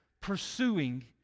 pursuing